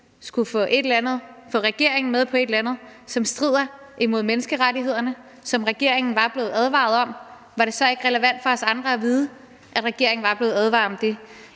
skulle få regeringen med på et eller andet, som strider imod menneskerettighederne, og som regeringen var blevet advaret om, var det så ikke relevant for os andre at vide, at regeringen var blevet advaret om det?